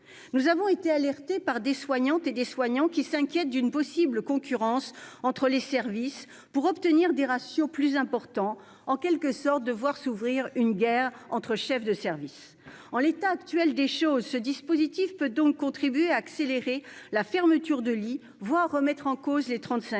Nous avons été alertés par des soignantes et des soignants qui s'inquiètent d'une possible concurrence entre les services pour obtenir des ratios plus importants. Ils craignent, en quelque sorte, de voir s'ouvrir une guerre entre chefs de service. En l'état actuel des choses, ce dispositif peut donc contribuer à accélérer la fermeture de lits, voire à remettre en cause les 35